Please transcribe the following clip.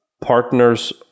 partners